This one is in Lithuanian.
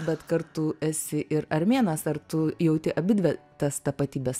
bet kartu esi ir armėnas ar tu jauti abidvi tas tapatybes